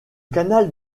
canal